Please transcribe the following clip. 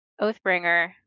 Oathbringer